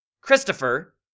Christopher